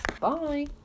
bye